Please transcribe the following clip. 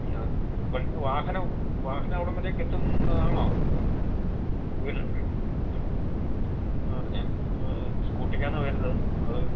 വാഹനമവിടംവരേയ്ക്ക് എത്തുന്നതാണോ ആ ഞാൻ സ്കൂട്ടിക്കാണ് വരുന്നത് അത്